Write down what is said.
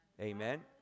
Amen